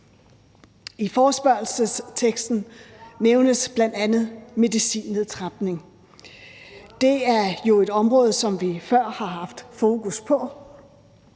I forespørgselsteksten nævnes bl.a. medicinnedtrapning. Det er jo et område, som vi før har haft fokus på.